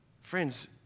friends